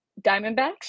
Diamondbacks